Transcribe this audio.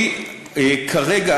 היא כרגע,